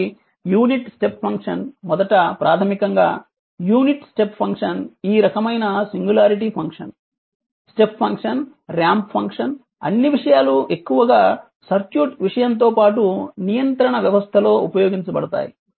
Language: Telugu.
కాబట్టి యూనిట్ స్టెప్ ఫంక్షన్ మొదట ప్రాథమికంగా యూనిట్ స్టెప్ ఫంక్షన్ ఈ రకమైన singularity function step function ramp function అన్ని విషయాలూ ఎక్కువగా సర్క్యూట్ విషయంతో పాటు నియంత్రణ వ్యవస్థ లో ఉపయోగించబడతాయి